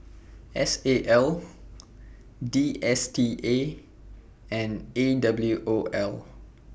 S A L D S T A and A W O L